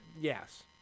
Yes